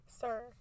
Sir